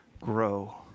grow